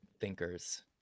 thinkers